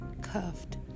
cuffed